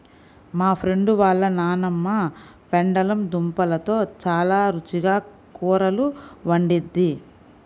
మా ఫ్రెండు వాళ్ళ నాన్నమ్మ పెండలం దుంపలతో చాలా రుచిగా కూరలు వండిద్ది